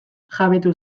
jabetu